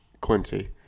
Quincy